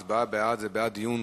הצבעה בעד זה בעד דיון